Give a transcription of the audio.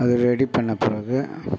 அதை ரெடி பண்ணப் பிறகு